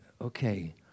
okay